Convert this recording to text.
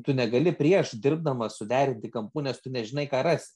tu negali prieš dirbdamas suderinti kampų nes tu nežinai ką ras